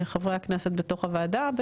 חברי הכנסת בתוך הוועדה,